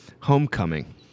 homecoming